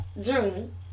June